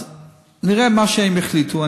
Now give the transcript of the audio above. נראה מה הם יחליטו.